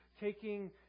taking